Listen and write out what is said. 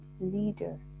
leader